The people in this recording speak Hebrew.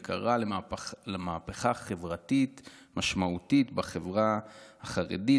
וקרא למהפכה חברתית משמעותית בחברה החרדית